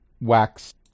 wax